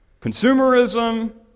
consumerism